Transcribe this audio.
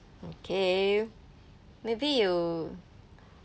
okay maybe you